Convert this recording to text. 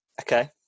Okay